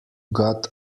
got